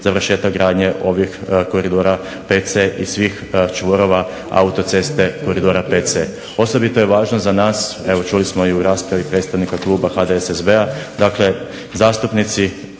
završetak gradnje ovih koridora VC i svih čvorova autoceste koridora VC. Osobito je važno za nas, evo čuli smo i u raspravi predstavnika kluba HDSSB-a, dakle zastupnici